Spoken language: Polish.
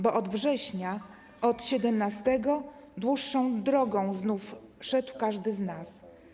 Bo od września, od siedemnastego, Dłuższą drogą znów szedł każdy z nas: